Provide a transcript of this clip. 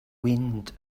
wind